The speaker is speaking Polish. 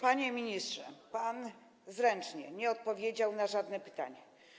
Panie ministrze, pan zręcznie nie odpowiedział na żadne pytanie.